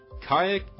kayak